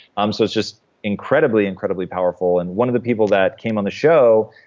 um so it's just incredibly, incredibly powerful. and one of the people that came on the show,